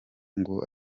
ngo